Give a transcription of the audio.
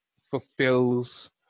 fulfills